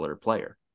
player